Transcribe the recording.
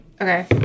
Okay